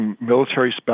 Military